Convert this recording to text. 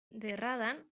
derradan